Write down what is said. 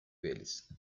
niveles